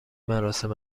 مراسم